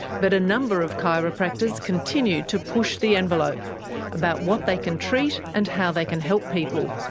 but a number of chiropractors continue to push the envelope about what they can treat and how they can help people.